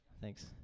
Thanks